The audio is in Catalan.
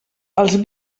els